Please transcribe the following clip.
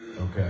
okay